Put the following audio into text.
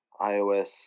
iOS